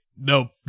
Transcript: Nope